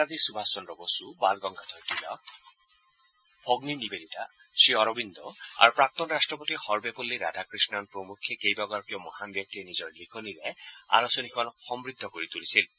নেতাজী সূভাষ চন্দ্ৰ বসু বাল গংগাধৰ তিলক ভগ্নী নিৱেদিতা শ্ৰী অৰবিন্দ আৰু প্ৰাক্তন ৰট্টপতি সৰ্বেপল্লী ৰাধাকৃষণ প্ৰমুখ্যে কেইবাগৰাকীও মহান ব্যক্তিয়ে নিজৰ লিখনিৰে আলোচনীখন সমৃদ্ধ কৰি তুলিছিল